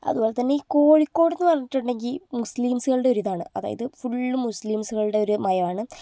അതുപോലെത്തന്നെ ഈ കോഴിക്കോടെന്ന് പറഞ്ഞിട്ടുണ്ടെങ്കിൽ മുസ്ലിംസുകളുടെ ഒരിതാണ് അതായത് ഫുള്ള് മുസ്ലിംസുകളുടെ ഒരു മയമാണ്